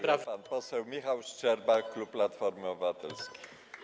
Pan poseł Michał Szczerba, klub Platforma Obywatelska.